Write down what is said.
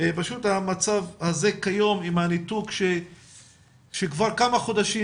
פשוט המצב הזה כיום עם הניתוק של כמה חודשים